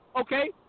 okay